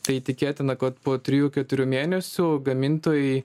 tai tikėtina kad po trijų keturių mėnesių gamintojai